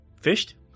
Fished